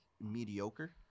mediocre